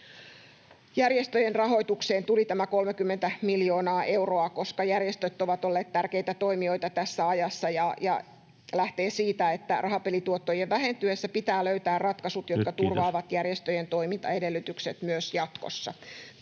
järjestöjen rahoitukseen tuli tämä 30 miljoonaa euroa, koska järjestöt ovat olleet tärkeitä toimijoita tässä ajassa, ja lähtee siitä, että rahapelituottojen vähentyessä pitää löytää ratkaisut, [Puhemies: Kiitos!] jotka turvaavat järjestöjen toimintaedellytykset myös jatkossa.